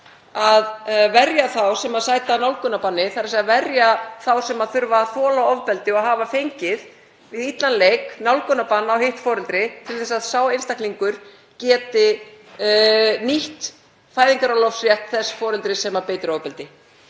að verja þá sem sæta nálgunarbanni, þ.e. verja þá sem þurfa að þola ofbeldi og hafa fengið við illan leik nálgunarbann á hitt foreldrið til að sá einstaklingur geti nýtt fæðingarorlofsrétt þess foreldris sem beitir ofbeldi.